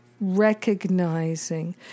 recognizing